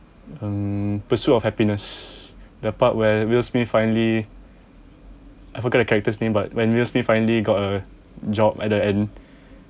um pursuit of happiness the part where will smith finally I forget the character's name but when will smith finally got a job at the end